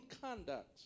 conduct